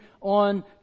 on